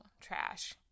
trash